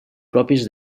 pròpies